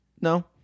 No